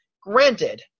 Granted